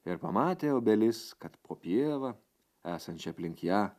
ir pamatė obelis kad po pievą esančią aplink ją